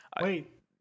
Wait